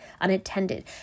unattended